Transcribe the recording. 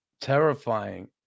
terrifying